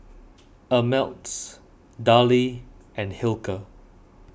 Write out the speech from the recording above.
Ameltz Darlie and Hilker